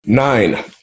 Nine